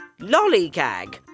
Lollygag